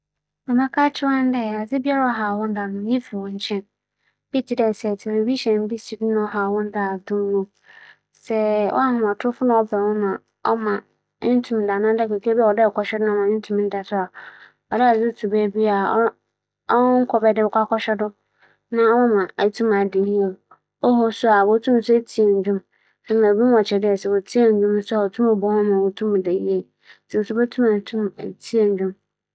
Adze a mobotum m'ayɛ dze aboa me nyɛnko a ͻberɛ ana w'ada nye dɛ, odzi kan, mobotu no fo dɛ ͻbɛyɛ nhyehyɛɛ dze atweͻn ne nda na ͻnkɛyɛ tse dɛ ͻyɛ adze a ato no mpͻfirmu. Dza ͻtͻ do ebien no, ͻwͻ dɛ ͻhwɛ dɛ bea ͻda no hͻ yɛ sum, hͻ yɛ dzinn ara yie. Ma ͻtͻ do ebiasa no, ͻwͻ dɛ ͻhwɛ dɛ obenya ndwom bi a ͻbͻ bͻkͻͻ na ͻnnyɛ dede na oetum dze ahyɛ n'asowa mu etsie na ͻafa mu ͻdze ada.